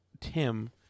Tim